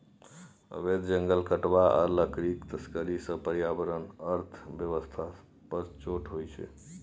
अबैध जंगल काटब आ लकड़ीक तस्करी सँ पर्यावरण अर्थ बेबस्था पर चोट होइ छै